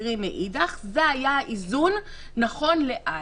בתצהירים מאידך, זה היה האיזון נכון לאז.